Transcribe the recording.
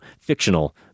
fictional